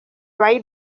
ibaye